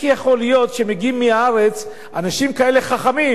יכול להיות שמגיעים מהארץ אנשים כאלה חכמים,